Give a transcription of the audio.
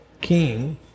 King